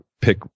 pick